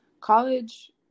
College